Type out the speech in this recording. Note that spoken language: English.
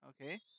okay